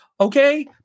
Okay